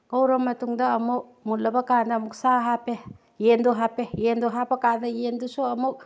ꯉꯧꯔꯕ ꯃꯇꯨꯡꯗ ꯑꯃꯨꯛ ꯃꯨꯜꯂꯕ ꯀꯥꯟꯗ ꯑꯃꯨꯛ ꯁꯥ ꯍꯥꯞꯄꯦ ꯌꯦꯟꯗꯣ ꯍꯥꯞꯄꯦ ꯌꯦꯟꯗꯣ ꯍꯥꯞꯄ ꯀꯥꯟꯗ ꯌꯦꯟꯗꯨꯁꯨ ꯑꯃꯨꯛ